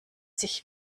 sich